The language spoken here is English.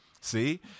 See